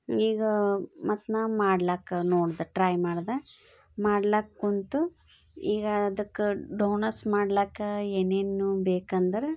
ಈಗ ಮತ್ತೆ ನಾ ಮಾಡ್ಲಿಕ್ಕೆ ನೋಡ್ದೆ ಟ್ರೈ ಮಾಡ್ದೆ ಮಾಡ್ಲಿಕ್ಕೆಕೂತು ಈಗ ಅದಕ್ಕೆ ಡೋನಸ್ ಮಾಡ್ಲಿಕ್ಕೆ ಏನೇನು ಬೇಕೆಂದರೆ